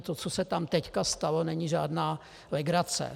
To, co se tam teď stalo, není žádná legrace.